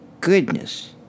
goodness